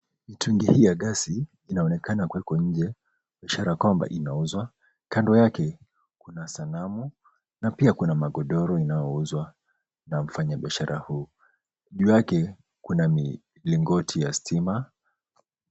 Mitungi hii ya gesi inaonekana kuwekwa inje ishara ya kwamba inauuzwa. kando yake kuna sanamu na pia kuna magodoro inayouzwa na mfanya biashara huyu. Juu yake kuna milingoti ya stima.